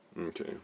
Okay